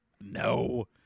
No